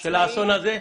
של האסון הזה,